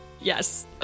Yes